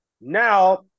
Now